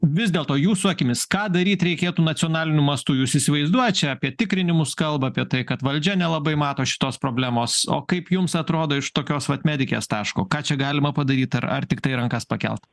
vis dėlto jūsų akimis ką daryt reikėtų nacionaliniu mastu jūs įsivaizduojat čia apie tikrinimus kalba apie tai kad valdžia nelabai mato šitos problemos o kaip jums atrodo iš tokios vat medikės taško ką čia galima padaryt ar ar tiktai rankas pakelt